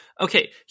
Okay